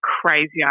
crazy